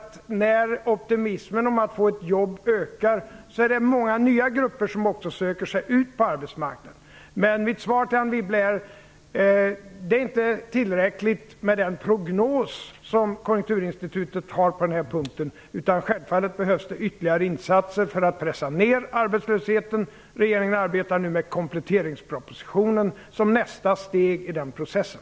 När optimismen om att få jobb ökar är det många nya grupper som också söker sig ut på arbetsmarknaden. Mitt svar till Anne Wibble är att det inte är tillräckligt med den prognos som Konjunkturinstitutet gör på denna punkt. Självfallet behövs det ytterligare insatser för att pressa ner arbetslösheten. Regeringen arbetar nu med kompletteringspropositionen, som nästa steg i den processen.